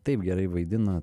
taip gerai vaidina